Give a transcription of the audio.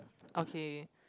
okay